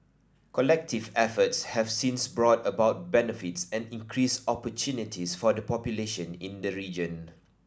collective efforts have since brought about benefits and increased opportunities for the population in the region